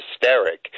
hysteric